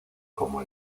como